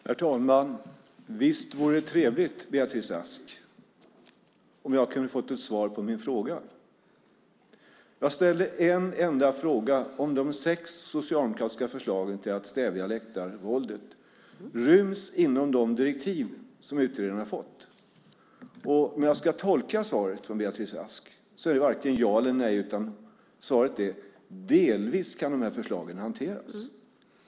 Herr talman! Visst vore det trevligt, Beatrice Ask, om jag hade kunnat få ett svar på min fråga. Jag ställde en enda fråga om de sex socialdemokratiska förslagen till att stävja läktarvåldet ryms inom de direktiv som utredaren har fått. Om jag ska tolka svaret från Beatrice Ask är det varken ja eller nej, utan svaret är att dessa förslag delvis kan hanteras.